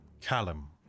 Callum